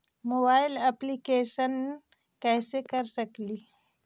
Mobile application कैसे कर सकेली?